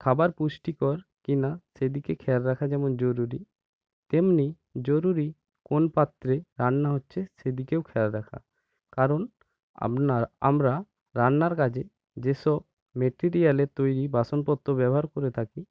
খাবার পুষ্টিকর কিনা সেদিকে খেয়াল রাখা যেমন জরুরি তেমনি জরুরি কোন পাত্রে রান্না হচ্ছে সেদিকেও খেয়াল রাখা কারণ আপনার আমরা রান্নার কাজে যেসব মেটিরিয়ালের তৈরি বাসনপত্র ব্যবহার করে থাকি